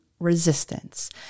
resistance